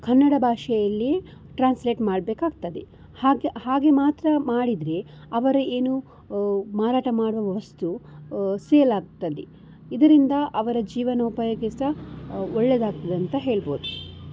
ಕನ್ನಡ ಭಾಷೆಯಲ್ಲಿ ಟ್ರಾನ್ಸ್ಲೇಟ್ ಮಾಡ್ಬೇಕಾಗ್ತದೆ ಹಾಗೆ ಹಾಗೆ ಮಾತ್ರ ಮಾಡಿದರೆ ಅವರ ಏನು ಮಾರಾಟ ಮಾಡುವ ವಸ್ತು ಸೇಲಾಗ್ತದೆ ಇದರಿಂದ ಅವರ ಜೀವನೋಪಾಯಕ್ಕೆ ಸಹ ಒಳ್ಳೇದಾಗ್ತದಂತ ಹೇಳ್ಬೌದು